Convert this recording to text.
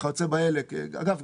אגב,